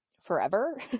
forever